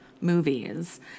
movies